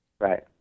Right